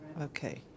Okay